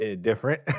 different